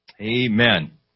Amen